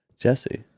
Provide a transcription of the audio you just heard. Jesse